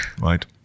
right